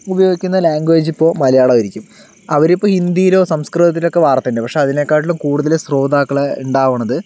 ഉപയോഗിക്കുന്ന ലാംഗ്വേജ് ഇപ്പൊ മലയാളം ആയിരിക്കും അവരിപ്പോൾ ഹിന്ദീലൊ സംസ്കൃതത്തിലൊക്കെ വാർത്ത ഒണ്ട് പക്ഷേ അതിനേക്കാളും കൂടുതല് ശ്രോതാക്കള് ഉണ്ടാവുന്നത്